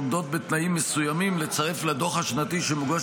ושעומדות בתנאים מסוימים לצרף לדוח השנתי שמוגש